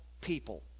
people